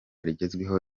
rigezweho